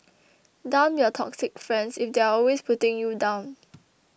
dump your toxic friends if they're always putting you down